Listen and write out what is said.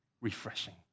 Refreshing